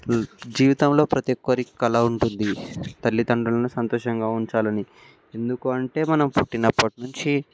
జీవితంలో ప్రతీ ఒక్కరికీ కల ఉంటుంది తల్లిదండ్రులను సంతోషంగా ఉంచాలని ఎందుకు అంటే మనం పుట్టినప్పటీ నుంచి